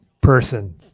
person